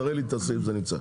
תראה לי את הסעיף שזה נמצא.